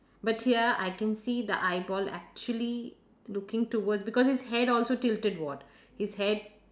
but here I can see the eyeball actually looking towards because his head also tilted what his head